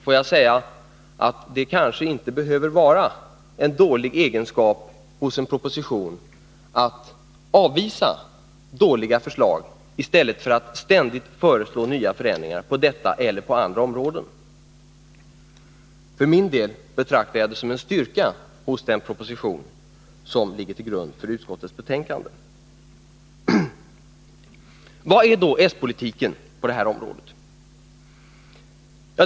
Får jag säga att det kanske inte behöver vara en dålig egenskap hos en proposition att avvisa dåliga förslag i stället för att ständigt föreslå nya förändringar på detta eller på andra områden. För min del betraktar jag detta som en styrka i den proposition som ligger till grund för utskottets betänkande. Vad är då s-politiken på detta område?